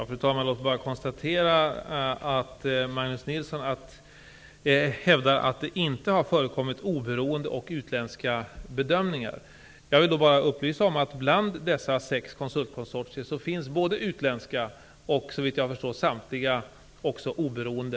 Fru talman! Låt mig bara konstatera att Martin Nilsson hävdar att det inte har förekommit oberoende och utländska bedömningar. Jag vill då bara upplysa om att det bland dessa sex konsultkonsortier finns utländska konsultföretag. Såvitt jag förstår är samtliga också oberoende.